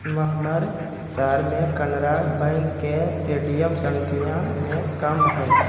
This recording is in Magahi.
महम्मर शहर में कनारा बैंक के ए.टी.एम संख्या में कम हई